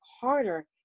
harder